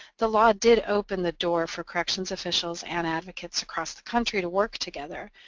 the law did open the door for corrections officials and advocates across the country to work together.